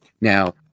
Now